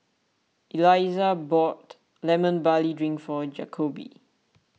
Elizah bought Lemon Barley Drink for Jakobe